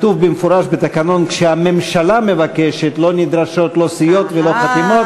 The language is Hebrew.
כתוב במפורש בתקנון: כשהממשלה מבקשת לא נדרשות לא סיעות ולא חתימות.